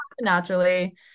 naturally